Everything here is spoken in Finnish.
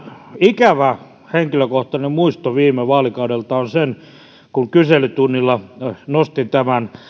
ikävä henkilökohtainen muisto viime vaalikaudelta on se että kun kyselytunnilla nostin tämän